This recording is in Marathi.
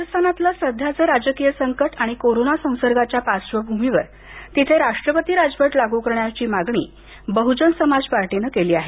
राजस्थानातलं सध्याचं राजकीय संकट आणि कोरोना संसर्गाच्या पार्श्वभूमीवर तिथे राष्ट्रपती राजवट लागू करावी अशी मागणी बहुजन समाज पार्टीनं केली आहे